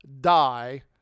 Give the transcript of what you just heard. die